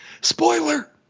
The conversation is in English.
Spoiler